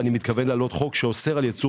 ואני מתכוון להעלות חוק שאוסר על ייצור